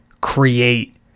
create